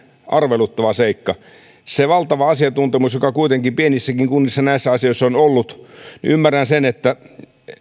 arveluttava seikka se valtava asiantuntemus joka kuitenkin pienissäkin kunnissa näissä asioissa on ollut ymmärrän sen että